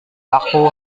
aku